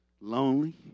lonely